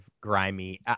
grimy